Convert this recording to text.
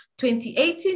2018